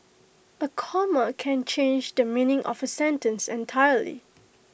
A comma can change the meaning of A sentence entirely